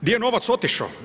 Gdje je novac otišao?